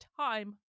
time